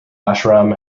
ashram